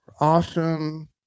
awesome